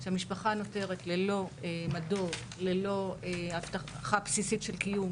שהמשפחה נותרת ללא הבטחה בסיסית של קיום,